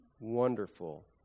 wonderful